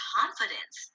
confidence